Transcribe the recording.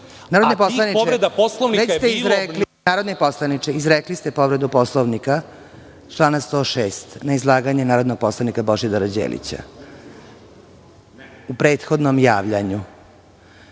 Narodni poslaniče, izrekli ste povredu Poslovnika člana 106. na izlaganje narodnog poslanika Božidara Đelića, u prethodnom javljanju?(Zoran